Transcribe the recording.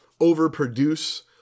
overproduce